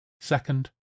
Second